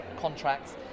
contracts